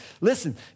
Listen